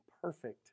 perfect